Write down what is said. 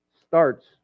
starts